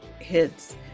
hits